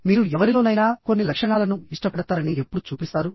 మీరు ఎవరిలోనైనా కొన్ని లక్షణాలను ఇష్టపడతారని ఎప్పుడు చూపిస్తారు